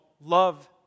love